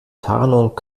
tarnung